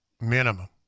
Minimum